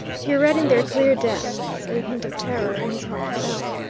he read in their clear depths a hint of terror and his heart fell.